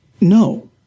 No